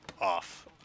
off